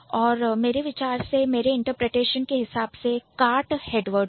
तो मेरे विचार से या मेरे इंटरप्रिटेशन के हिसाब से kart हेडवर्ड है